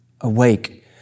awake